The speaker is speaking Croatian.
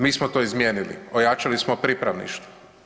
Mi smo to izmijenili, ojačali smo pripravništvo.